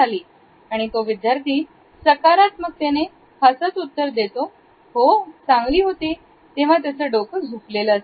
' आणि तो विद्यार्थी सकारात्मकतेने हसत उत्तर देतो ही 'चांगली होती' तेव्हा त्याचं डोकं झुकलेलं असते